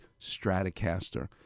Stratocaster